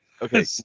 Okay